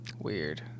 Weird